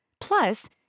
Plus